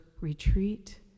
retreat